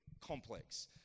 complex